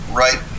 right